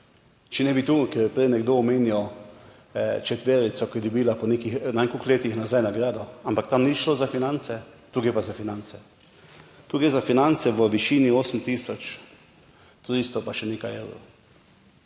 če ne bi tu, ker je prej nekdo omenjal četverico, ki je dobila po nekih, ne vem koliko letih nazaj nagrado, ampak tam ni šlo za finance, tu gre pa za finance. Tu gre za finance v višini 8 tisoč 300 pa še nekaj evrov.